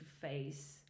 face